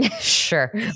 sure